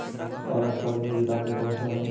पालक साग में विटामिन कौन सा है?